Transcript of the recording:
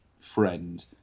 friend